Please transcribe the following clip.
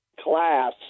Class